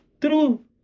true